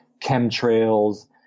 chemtrails